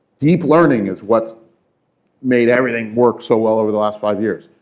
deep learning is what's made everything work so well over the last five years.